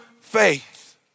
faith